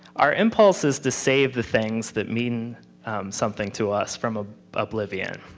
our impulse is to save the things that mean something to us from ah oblivion.